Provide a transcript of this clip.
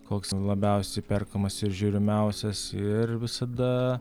koks labiausiai perkamas ir žiūrimiausias ir visada